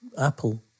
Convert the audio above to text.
apple